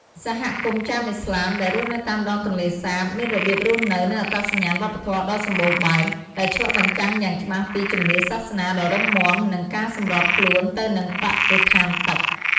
សហគមន៍ ចាមឥស្លាម ដែលរស់នៅតាមដងទន្លេសាបមានរបៀបរស់នៅ និងអត្តសញ្ញាណវប្បធម៌ដ៏សម្បូរបែប ដែលឆ្លុះបញ្ចាំងយ៉ាងច្បាស់ពី ជំនឿសាសនា ដ៏រឹងមាំ និង ការសម្របខ្លួនទៅនឹងបរិស្ថានទឹក។